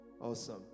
awesome